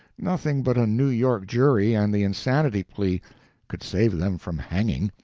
nothing but a new york jury and the insanity plea could save them from hanging,